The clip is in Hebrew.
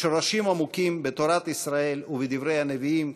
שורשים עמוקים בתורת ישראל ובדברי הנביאים,